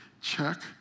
check